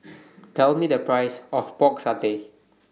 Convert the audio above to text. Tell Me The Price of Pork Satay